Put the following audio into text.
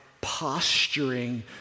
posturing